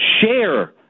share